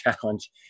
challenge